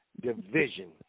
division